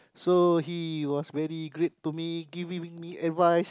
so he was very great to me giving me advice